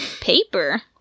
paper